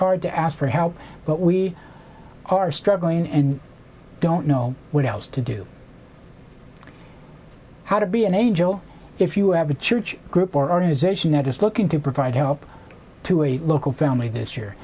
hard to ask for help but we are struggling and don't know what else to do how to be an angel if you have a church group or organization that is looking to provide help to a local family this year